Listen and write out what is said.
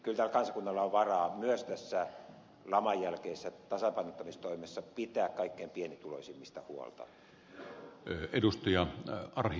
kyllä tällä kansakunnalla on varaa myös tässä lamanjälkeisessä tasapainottamistoimessa pitää kaikkein pienituloisimmista huolta